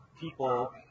people